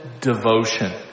devotion